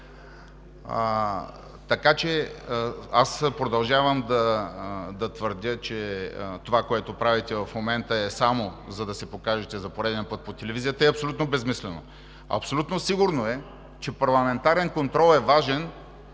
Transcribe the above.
всеки. Аз продължавам да твърдя, че това, което правите в момента, е само за да се покажете за пореден път по телевизията и е абсолютно безсмислено. Абсолютно сигурно е, че парламентарният контрол е важен